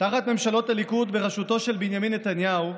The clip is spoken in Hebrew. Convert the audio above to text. תחת ממשלות הליכוד בראשותו של בנימין נתניהו,